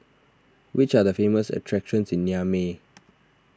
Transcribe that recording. which are the famous attractions in Niamey